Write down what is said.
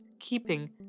keeping